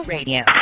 Radio